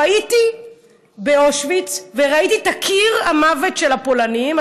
הייתי באושוויץ וראיתי את קיר המוות של הפולנים,